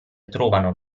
trovano